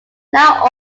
now